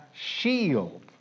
shield